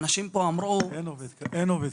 אין עובד כזה.